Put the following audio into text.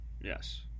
yes